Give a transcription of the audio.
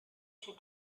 she